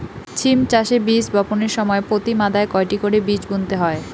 সিম চাষে বীজ বপনের সময় প্রতি মাদায় কয়টি করে বীজ বুনতে হয়?